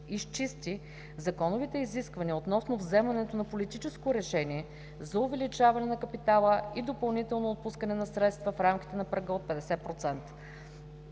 изчисти законовите изисквания относно вземането на политическо решение за увеличаване на капитала и допълнително отпускане на средства в рамките на прага от 50%.